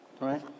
right